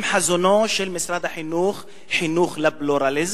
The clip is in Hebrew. אם חזונו של משרד החינוך הוא חינוך לפלורליזם,